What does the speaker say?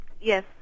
Yes